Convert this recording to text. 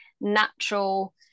natural